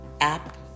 app